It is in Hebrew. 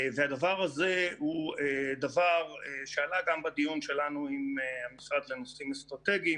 הדבר הזה הוא דבר שעלה גם בדיון שלנו עם המשרד לנושאים אסטרטגיים